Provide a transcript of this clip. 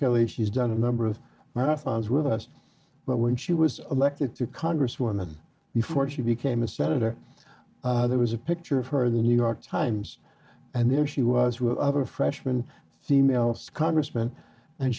achilles she's done a number of marathons with us but when she was elected to congresswoman before she became a senator there was a picture of her the new york times and there she was with other freshman females congressman and